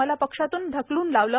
मला पक्षातून ढकलून लावलं